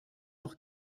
auch